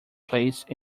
placed